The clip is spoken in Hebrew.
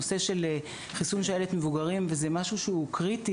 חיסון שעלת מבוגרים הוא קריטי